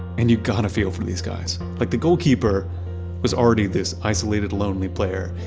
and you've got to feel for these guys. like the goalkeeper was already this isolated, lonely player,